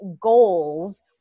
goals